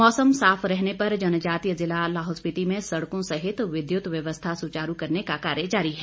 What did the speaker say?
मौसम साफ रहने पर जनजातीय जिला लाहौल स्पिति में सड़कों सहित विद्युत व्यवस्था सुचारू करने का कार्य जारी है